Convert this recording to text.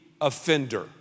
offender